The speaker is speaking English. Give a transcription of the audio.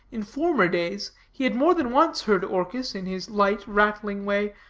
in former days, he had more than once heard orchis, in his light rattling way,